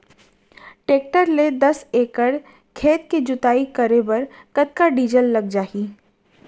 Tractor ले दस एकड़ खेत के जुताई करे बर कतका डीजल लग जाही?